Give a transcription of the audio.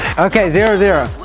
okay, zero zero